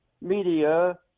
media